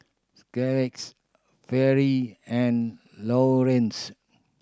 Scarletts Fairy and Laureens